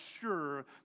sure